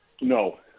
No